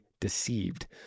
deceived